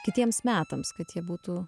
kitiems metams kad jie būtų